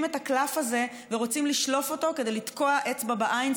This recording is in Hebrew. את הקלף הזה ורוצים לשלוף אותו כדי לתקוע אצבע בעין,